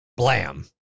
blam